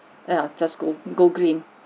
yeah just go go green